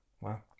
Wow